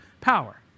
power